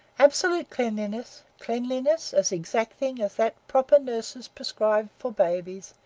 absolute cleanliness, cleanliness as exacting as that proper nurses prescribe for babies,